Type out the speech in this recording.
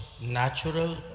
natural